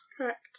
Correct